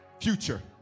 future